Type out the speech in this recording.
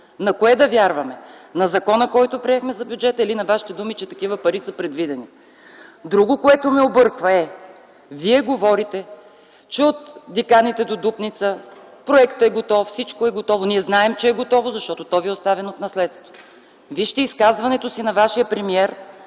На кое да вярваме – на Закона за бюджета, който приехме, или на Вашите думи, че такива пари са предвидени? Друго, което ме обърква, е: Вие говорите, че от Диканите до Дупница проектът е готов, всичко е готово. Ние знаем, че е готово, защото то ви е оставено в наследство. Вижте изказването на вашия премиер